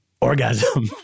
orgasm